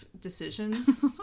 decisions